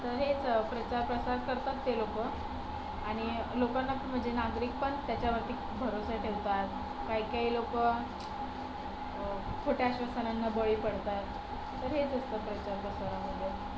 तर हेच प्रचार प्रसार करतात ते लोक आणि लोकांना पण म्हणजे नागरिक पण त्याच्यावरती खूप भरवसा ठेवतात काही काही लोक खोट्या आश्वासनांना बळी पडतात तर हेच असतं प्रचार प्रसारामध्ये